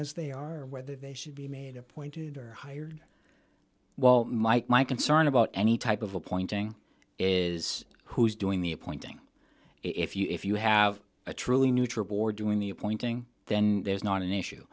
as they are whether they should be made appointed or hired well mike my concern about any type of appointing is who's doing the appointing if you if you have a truly neutral board doing the appointing then there's not an issue